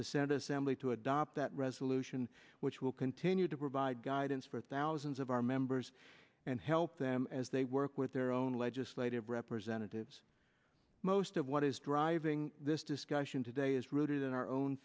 the senate assembly to adopt that resolution which will continue to provide guidance for thousands of our members and help them as they work with their own legislative representatives most of what is driving this discussion today is rooted in our own